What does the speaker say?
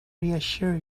reassure